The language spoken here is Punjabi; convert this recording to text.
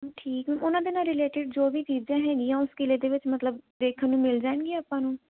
ਠੀਕ ਹੈ ਉਹਨਾਂ ਦੇ ਨਾਲ ਰਿਲੇਟਿਡ ਜੋ ਵੀ ਚੀਜ਼ਾਂ ਹੈਗੀਆਂ ਉਸ ਕਿਲੇ ਦੇ ਵਿੱਚ ਮਤਲਬ ਦੇਖਣ ਨੂੰ ਮਿਲ ਜਾਣਗੀਆਂ ਆਪਾਂ ਨੂੰ